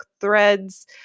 Threads